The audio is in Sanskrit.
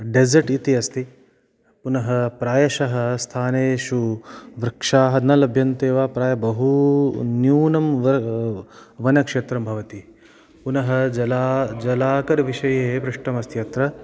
डेजर्ट् इति अस्ति पुनः प्रायशः स्थानेषु वृक्षाः न लभ्यन्ते वा प्रायः बहुन्यूनं वनक्षेत्रं भवति पुनः जला जलाकरविषये पृष्टमस्ति अत्र